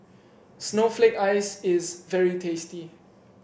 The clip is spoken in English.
Snowflake Ice is very tasty